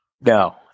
No